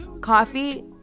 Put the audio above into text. coffee